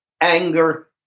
anger